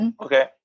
Okay